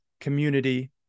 community